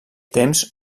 temps